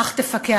אך תפקח.